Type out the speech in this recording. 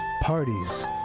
Parties